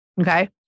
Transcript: Okay